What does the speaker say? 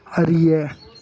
அறிய